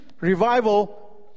revival